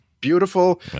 beautiful